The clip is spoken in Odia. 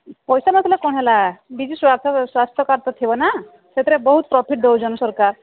ପଇସା ନଥିଲେ କ'ଣ ହେଲା ବିଜୁ ସ୍ଵା ସ୍ୱାସ୍ଥ୍ୟ କାର୍ଡ଼ ତ ଥିବ ନା ସେଥିରେ ବହୁତ ପ୍ରଫିଟ୍ ଦେଉଛନ୍ ସରକାର